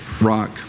rock